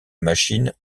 machine